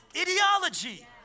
ideology